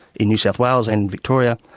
in new south wales and victoria,